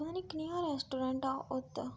पता नी कनेहा रैस्ट्रोरेंट हा उत्त